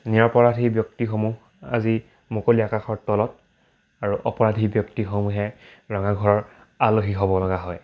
নিৰপৰাধী ব্যক্তিসমূহ আজি মুকলি আকাশৰ তলত আৰু অপৰাধী ব্যক্তিসমূহে ৰঙাঘৰৰ আলহী হ'ব লগা হয়